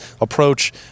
approach